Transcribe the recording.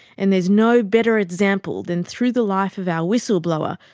and there's no better example than through the life of our whistle-blower,